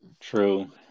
True